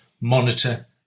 monitor